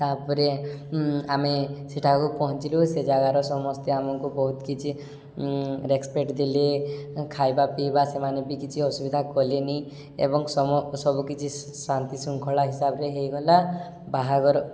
ତା'ପରେ ଆମେ ସେଠାକୁ ପହଞ୍ଚିଲୁ ସେ ଜାଗାର ସମସ୍ତେ ଆମକୁ ବହୁତ କିଛି ରେସପେକ୍ଟ ଦେଲେ ଖାଇବା ପିଇବା ସେମାନେ ବି କିଛି ଅସୁବିଧା କଲେନି ଏବଂ ସମ ସବୁକିଛି ଶାନ୍ତି ଶୃଙ୍ଖଳା ହିସାବରେ ହେଇଗଲା ବାହାଘର